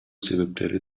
себептери